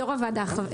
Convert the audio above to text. יו"ר הוועדה,